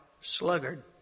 sluggard